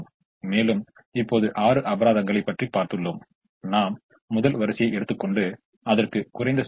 மீண்டும் இந்த நிலையில் எதையும் பொருத்திப் பார்ப்பது லாபகரமானது அல்ல ஏனெனில் இது செலவை அதிகரிக்கும்